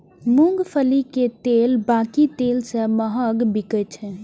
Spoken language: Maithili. मूंगफली के तेल बाकी तेल सं महग बिकाय छै